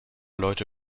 leute